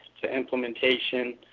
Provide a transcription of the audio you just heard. to implementation,